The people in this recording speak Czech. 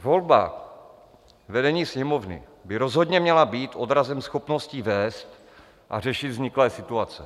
Volba vedení Sněmovny by rozhodně měla být odrazem schopností vést a řešit vzniklé situace.